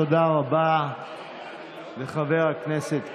תודה רבה לחבר הכנסת קיש.